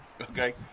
okay